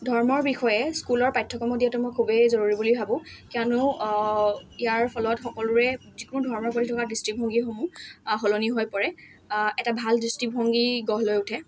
ধৰ্মৰ বিষয়ে স্কুলৰ পাঠ্যক্ৰমত দিয়াটো মই খুবেই জৰুৰী বুলি ভাবোঁ কিয়নো ইয়াৰ ফলত সকলোৰে যিকোনো ধৰ্মৰ প্ৰতি থকা দৃষ্টিভংগীসমূহ সলনি হৈ পৰে এটা ভাল দৃষ্টিভংগী গঢ় লৈ উঠে